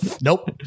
Nope